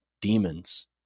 demons